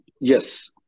Yes